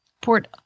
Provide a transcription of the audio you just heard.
Port